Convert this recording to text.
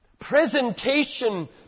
presentation